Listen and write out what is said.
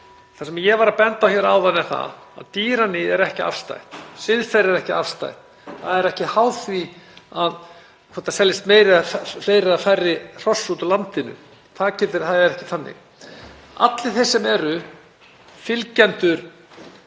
Það sem ég var að benda á hér áðan er það að dýraníð er ekki afstætt, siðferði er ekki afstætt. Það er ekki háð því hvort það seljist fleiri eða færri hross út úr landinu. Það er ekki þannig. Allir þeir sem eru fylgjendur